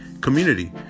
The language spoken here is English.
community